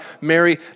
Mary